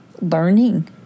learning